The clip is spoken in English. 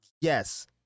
Yes